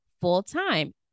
full-time